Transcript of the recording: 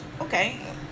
Okay